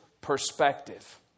Perspective